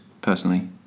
personally